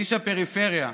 איש הפריפריה.